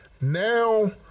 Now